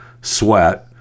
sweat